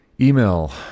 email